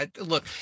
look